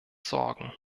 sorgen